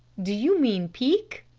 do you mean pique?